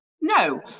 No